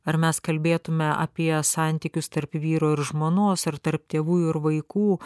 ar mes kalbėtume apie santykius tarp vyro ir žmonos ar tarp tėvų ir vaikų